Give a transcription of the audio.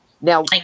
Now